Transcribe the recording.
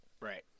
Right